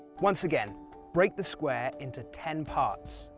once again break the square into ten parts.